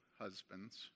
husbands